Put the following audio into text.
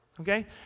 Okay